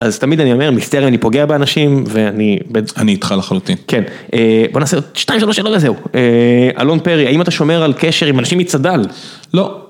אז תמיד אני אומר, מצטער אם אני פוגע באנשים, ואני... אני איתך לחלוטין. כן. בוא נעשה עוד 2-3 שאלות וזהו. אלון פרי, האם אתה שומר על קשר עם אנשים מצד"ל? לא.